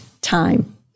time